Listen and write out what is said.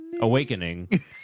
Awakening